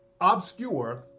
obscure